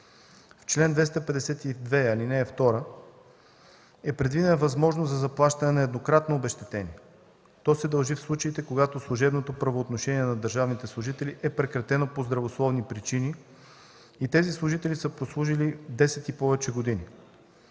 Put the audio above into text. В чл. 252, ал. 2 е предвидена възможност за заплащане на еднократно обезщетение. То се дължи в случаите, когато служебното правоотношение на държавните служители е прекратено по здравословни причини и тези служители са прослужили 10 и повече години.